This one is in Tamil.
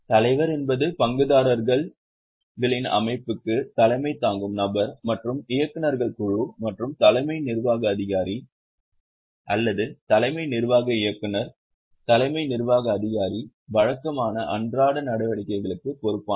தலைவர் என்பது பங்குதாரர்களின் அமைப்பிற்கு தலைமை தாங்கும் நபர் மற்றும் இயக்குநர்கள் குழு மற்றும் தலைமை நிர்வாக அதிகாரி அல்லது தலைமை நிர்வாக இயக்குனர் தலைமை நிர்வாக அதிகாரி வழக்கமான அன்றாட நடவடிக்கைகளுக்கு பொறுப்பானவர்